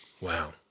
Wow